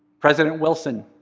president wilson,